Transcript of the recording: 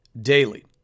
daily